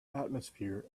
atmosphere